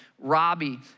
Robbie